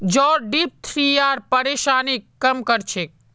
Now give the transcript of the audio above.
जौ डिप्थिरियार परेशानीक कम कर छेक